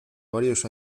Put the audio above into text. varios